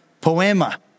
poema